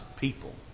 people